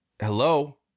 hello